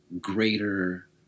greater